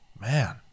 man